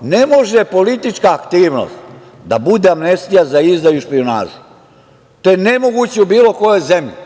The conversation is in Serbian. Ne može politička aktivnost da bude amnestija za izdaju i špijunažu, to je nemoguće u bilo kojoj zemlji,